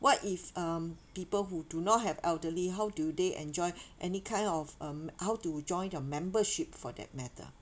what if um people who do not have elderly how do they enjoy any kind of um how to join your membership for that matter